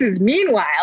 meanwhile